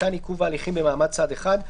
ניתן עיכוב ההליכים במעמד צד אחד,